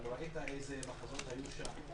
אבל ראית איזה מחזות היו שם?